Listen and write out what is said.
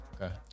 Okay